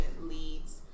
leads